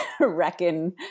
reckon